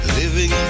living